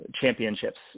championships